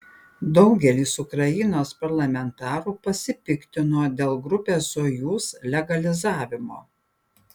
daugelis ukrainos parlamentarų pasipiktino dėl grupės sojuz legalizavimo